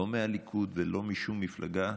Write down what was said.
לא מהליכוד ולא משום מפלגה,